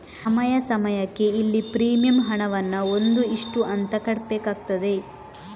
ಸಮಯ ಸಮಯಕ್ಕೆ ಇಲ್ಲಿ ಪ್ರೀಮಿಯಂ ಹಣವನ್ನ ಒಂದು ಇಷ್ಟು ಅಂತ ಕಟ್ಬೇಕಾಗ್ತದೆ